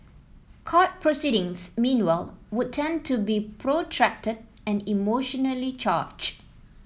court proceedings meanwhile would tend to be protracted and emotionally charged